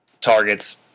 targets